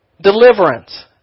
deliverance